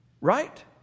Right